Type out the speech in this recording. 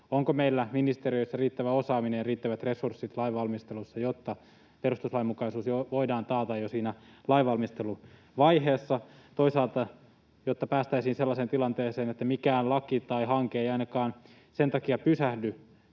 onko meillä ministeriöissä riittävä osaaminen ja riittävät resurssit lain valmistelussa, jotta perustuslainmukaisuus voidaan taata jo siinä lain valmisteluvaiheessa. Meidän pitäisi päästä sellaiseen tilanteeseen, että mikään laki tai hanke ei ainakaan sen takia pysähdy